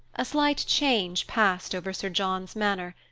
a slight change passed over sir john's manner.